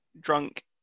drunk